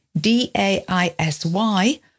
D-A-I-S-Y